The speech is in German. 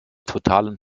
totalen